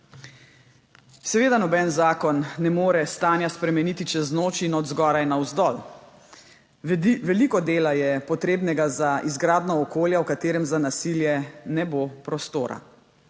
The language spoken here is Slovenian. Seveda noben zakon ne more stanja spremeniti čez noč in od zgoraj navzdol. Veliko dela je potrebnega za izgradnjo okolja, v katerem za nasilje ne bo prostora.